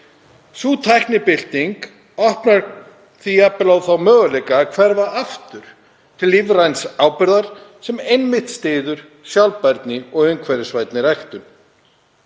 Sú tæknibylting opnar því jafnvel á þann möguleika að hverfa aftur til lífræns áburðar sem einmitt styður sjálfbærni og umhverfisvænni ræktun.